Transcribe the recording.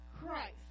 Christ